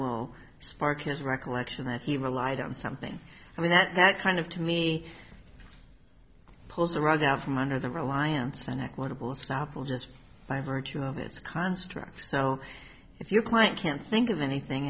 will spark his recollection that he relied on something i mean that kind of to me pulls the rug out from under the reliance on equitable snapple just by virtue of this construct so if your client can't think of anything